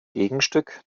gegenstück